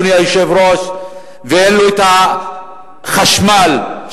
ואין לו החשמל.